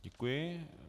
Děkuji.